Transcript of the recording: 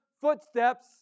footsteps